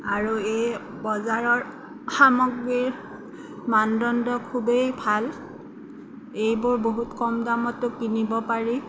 আৰু এই বজাৰৰ সামগ্ৰীৰ মানদণ্ড খুবেই ভাল এইবোৰ বহুত কম দামতো কিনিব পাৰি